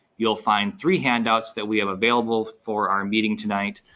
you'll find three handouts that we have available for our meeting tonight.